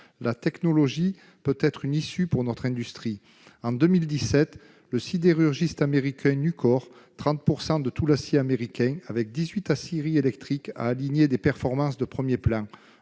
La technologie peut être une issue pour notre industrie. En 2017, le sidérurgiste américain Nucor, qui représente 30 % de tout l'acier américain, avec dix-huit aciéries électriques, a aligné des performances de premier plan